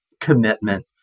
commitment